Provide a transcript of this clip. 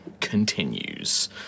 continues